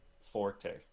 forte